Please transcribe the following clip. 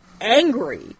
angry